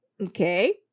okay